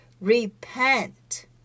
Repent